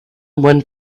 went